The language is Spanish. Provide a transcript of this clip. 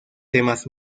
temas